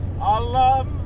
Allah